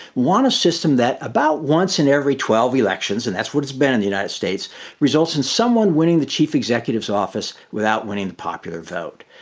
want a system that about once in every twelve elections and that's what's been in the united states results in someone winning the chief executive's office without winning the popular vote?